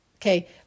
Okay